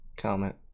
comment